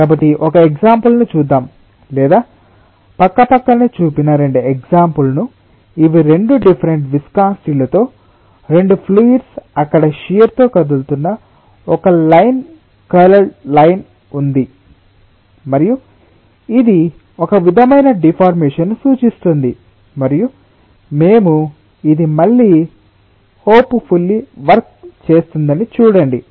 కాబట్టి ఒక ఎగ్సాంపుల్ ను చూద్దాం లేదా పక్కపక్కనే చూపిన 2 ఎగ్సాంపుల్ ను ఇవి 2 డిఫరెంట్ విస్కాసిటిలతో 2 ఫ్లూయిడ్స్ అక్కడ షియర్ తో కదులుతున్న ఒక లైన్ కలర్డ్ లైన్ ఉంది మరియు ఇది ఒక విధమైన డిఫార్మేషన్ ని సూచిస్తుంది మరియు మేము ఇది మళ్ళీ హోప్ ఫుల్లి వర్క్ చేస్తుందని చూడండి